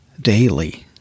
daily